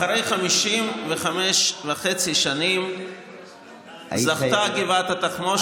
אחרי 55 וחצי שנים זכתה גבעת התחמושת,